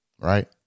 Right